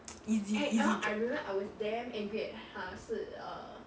easy easy job